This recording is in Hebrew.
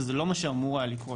וזה לא מה שאמור היה לקרות,